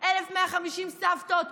סבתות,